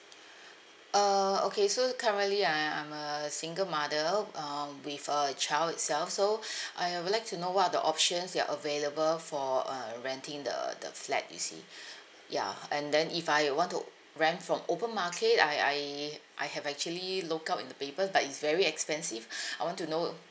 uh okay so currently I I'm a single mother um with a child itself so I I would like to know what are the options that are available for uh renting the the flat you see ya and then if I want to rent from open market I I I have actually look up in the paper but it's very expensive I want to know